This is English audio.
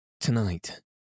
Tonight